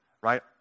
right